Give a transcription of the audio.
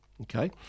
Okay